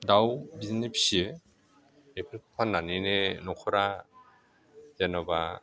दाउ बिदिनो फिसियो बेफोरखौ फाननानैनो न'खरा जेनेबा